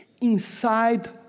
inside